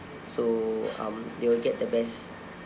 so um they will get the best